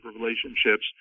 relationships